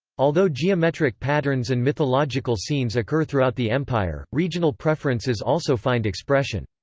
although geometric patterns and mythological scenes occur throughout the empire, regional preferences also find expression.